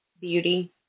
Beauty